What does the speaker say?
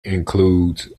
includes